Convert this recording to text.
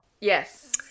Yes